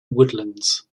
woodlands